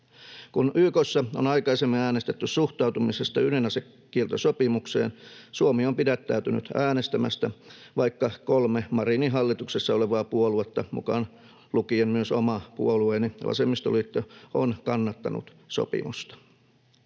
Kun YK:ssa on aikaisemmin äänestetty suhtautumisesta ydinasekieltosopimukseen, Suomi on pidättäytynyt äänestämästä, vaikka kolme Marinin hallituksessa olevaa puoluetta, mukaan lukien myös oma puolueeni vasemmistoliitto, on kannattanut sopimusta.